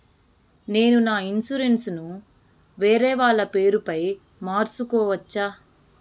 నేను నా ఇన్సూరెన్సు ను వేరేవాళ్ల పేరుపై మార్సుకోవచ్చా?